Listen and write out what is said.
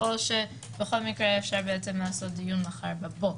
או אפשר לעשות דיון מחר בבוקר?